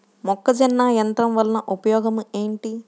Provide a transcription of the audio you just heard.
మొక్కజొన్న యంత్రం వలన ఉపయోగము ఏంటి?